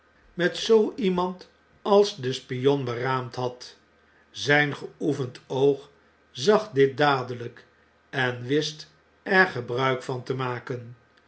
met zoo iemand als de spion beraamd had zijn geoefend oog zag dit dadelgk en wist er gebruik van te maken